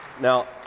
Now